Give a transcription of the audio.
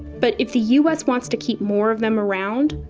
but if the us wants to keep more of them around,